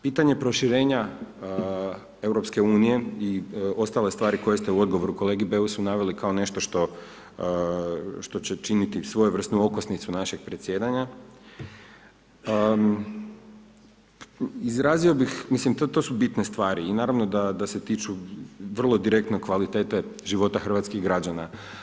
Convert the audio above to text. Pitanje proširenja EU i ostale stvari koje ste u odgovoru kolegi Beusu naveli kao nešto što će činiti svojevrsnu okosnicu našeg predsjedanja, izrazio bih, mislim to su bitne stvari i naravno da se tiču, vrlo direktno kvalitete života hrvatskih građana.